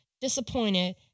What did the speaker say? disappointed